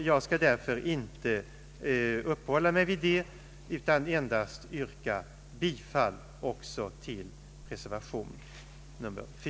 Jag skall därför inte uppehålla mig vid den utan vill endast yrka bifall också till reservationen IV.